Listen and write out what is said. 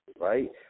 right